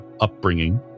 upbringing